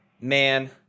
man